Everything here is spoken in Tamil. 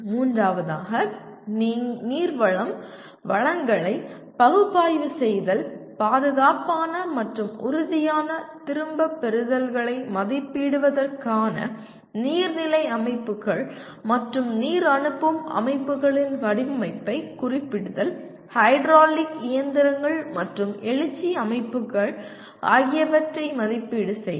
மூன்றாவதாக நீர் வளம் வளங்களை பகுப்பாய்வு செய்தல் பாதுகாப்பான மற்றும் உறுதியான திரும்பப் பெறுதல்களை மதிப்பிடுவதற்கான நீர் நிலை அமைப்புகள் மற்றும் நீர் அனுப்பும் அமைப்புகளின் வடிவமைப்பைக் குறிப்பிடுதல் ஹைட்ராலிக் இயந்திரங்கள் மற்றும் எழுச்சி அமைப்புகள் ஆகியவற்றை மதிப்பீடு செய்தல்